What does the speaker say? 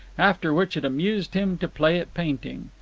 after which it amused him to play at painting.